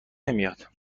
نمیاد